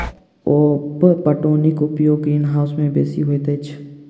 उप पटौनीक उपयोग ग्रीनहाउस मे बेसी होइत अछि